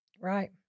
Right